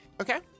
Okay